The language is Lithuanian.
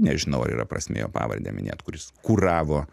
nežinau ar yra prasmė jo pavardę minėt kuris kuravo